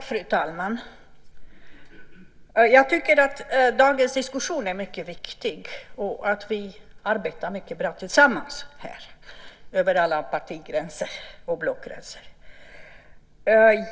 Fru talman! Jag tycker att dagens diskussion är mycket viktig och att vi arbetar mycket bra tillsammans här över alla partigränser och blockgränser.